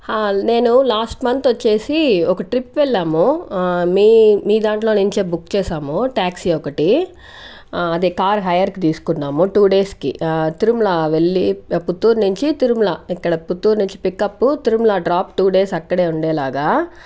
హా నేను last month వచ్చేసి ఒక ట్రిప్ వెళ్ళాము మీ మీ దాంట్లో నుంచే బుక్ చేసాము ట్యాక్సీ ఒకటి అదే కారు హైయర్ కి తీసుకున్నాము టూ డేస్ కి తిరుమల వెళ్ళి పుత్తూరు నించి తిరుమల ఇక్కడ పుత్తూరు నుంచి pickup Tirumala drop two days అక్కడే ఉండేలాగా